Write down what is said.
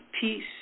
peace